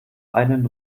einen